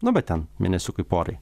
nu bet ten mėnesiukui porai